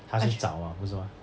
他去找吗不是吗